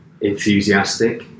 enthusiastic